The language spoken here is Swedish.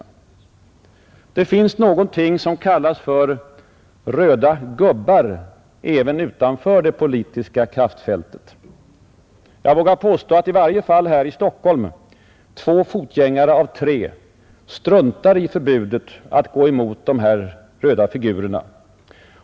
Det finns någonting som kallas ”röda gubbar” — även utanför de politiska kraftfälten. Jag vågar påstå att i varje fall här i Stockholm två fotgängare av tre struntar i förbudet att gå emot dessa röda figurer.